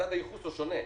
מדד הייחוס הוא שונה.